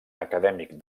acadèmic